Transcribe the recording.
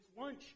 lunch